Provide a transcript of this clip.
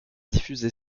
diffusée